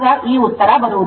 ಆಗ ಈ ಉತ್ತರ ಬರುವುದಿಲ್ಲ